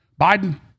Biden